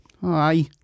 Hi